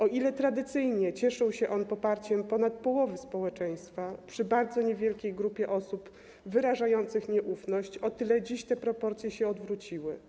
O ile tradycyjnie cieszył się on poparciem ponad połowy społeczeństwa przy bardzo niewielkiej grupie osób wyrażających nieufność, o tyle dziś te proporcje się odwróciły.